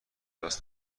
کلاس